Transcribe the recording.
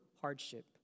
hardship